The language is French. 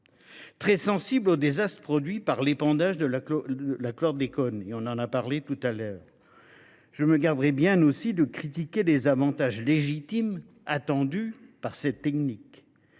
Très sensible aux désastres produits par l’épandage du chlordécone – nous en avons parlé tout à l’heure –, je me garderai bien aussi de critiquer les avantages légitimes attendus de cette technique.